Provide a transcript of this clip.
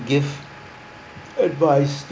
give advice